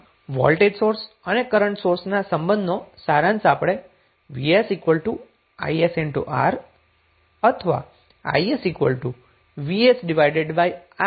આમ voltage source અને current સોર્સના સંબંધનો સારાંશ આપણે Vs isR અથવા is vsR દ્વારા લખી શકીએ છીએ